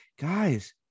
guys